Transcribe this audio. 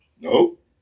Nope